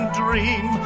dream